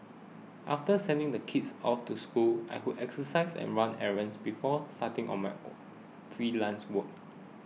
after sending the kids off to school I would exercise and run errands before starting on my freelance work